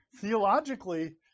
Theologically